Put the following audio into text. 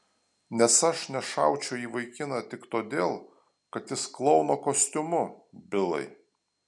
nes aš nešaučiau į vaikiną tik todėl kad jis klouno kostiumu bilai